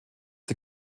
die